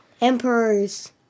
emperor's